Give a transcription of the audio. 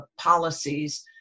policies